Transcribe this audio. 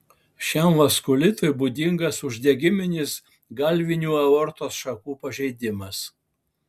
šiam vaskulitui būdingas uždegiminis galvinių aortos šakų pažeidimas